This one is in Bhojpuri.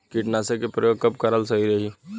कीटनाशक के प्रयोग कब कराल सही रही?